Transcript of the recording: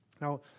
Now